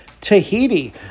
Tahiti